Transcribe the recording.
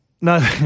No